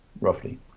roughly